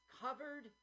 covered